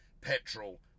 petrol